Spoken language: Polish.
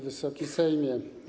Wysoki Sejmie!